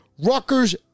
Ruckers